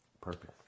Purpose